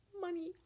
money